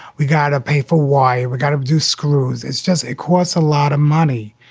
we gotta pay for why we've got to do screws. it's just a cost. a lot of money.